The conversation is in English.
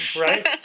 Right